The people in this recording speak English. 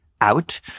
out